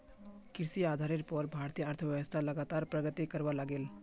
कृषि आधारेर पोर भारतीय अर्थ्वैव्स्था लगातार प्रगति करवा लागले